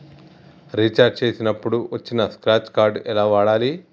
Recharge చేసినప్పుడు వచ్చిన scratch card ఎలా వాడాలి?